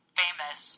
famous